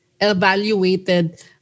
evaluated